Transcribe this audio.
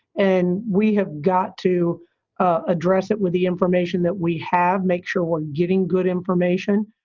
and we have got to address it with the information that we have make sure we're getting good information